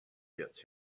gets